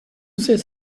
says